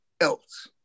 else